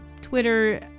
Twitter